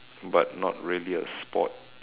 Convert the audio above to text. but not really a sport